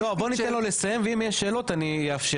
לא, בבוא ניתן לו לסיים ואם יש שאלות אני אאפשר.